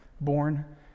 born